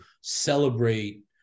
celebrate